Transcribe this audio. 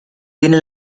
tiene